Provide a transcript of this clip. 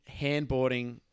handboarding